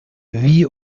wie